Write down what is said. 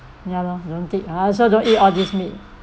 ya lor don't eat I also don't eat all of this meat